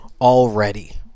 already